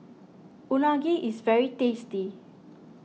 Unagi is very tasty